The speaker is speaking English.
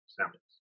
samples